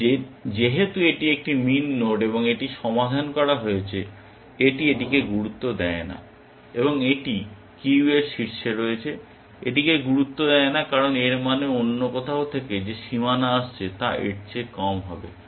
এখন যেহেতু এটি একটি মিন নোড এবং এটি সমাধান করা হয়েছে এটি এটিকে গুরুত্ব দেয় না এবং এটি কিউয়ের শীর্ষে রয়েছে এটিকে গুরুত্ব দেয় না কারণ এর মানে অন্য কোথাও থেকে যে সীমানা আসছে তা এর চেয়ে কম হবে